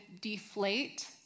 deflate